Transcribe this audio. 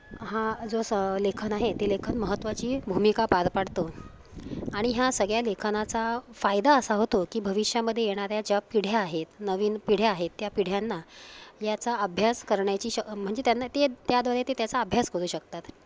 हा जो स लेखन आहे ते लेखन महत्त्वाची भूमिका पार पाडतं आणि ह्या सगळ्या लेखनाचा फायदा असा होतो की भविष्यामध्ये येणाऱ्या ज्या पिढ्या आहेत नवीन पिढ्या आहेत त्या पिढ्यांना याचा अभ्यास करण्याची श म्हणजे त्यांना ते त्याद्वारे ते त्याचा अभ्यास करू शकतात